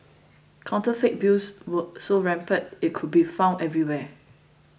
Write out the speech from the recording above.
counterfeit bills were so rampant it could be found everywhere